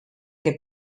que